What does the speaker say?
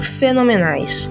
fenomenais